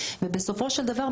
ובסופו של דבר,